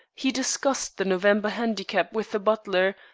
he discussed the november handicap with the butler,